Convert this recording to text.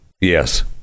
yes